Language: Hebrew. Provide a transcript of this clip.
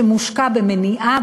שמושקע במניעה,